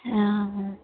অ